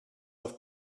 auf